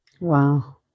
Wow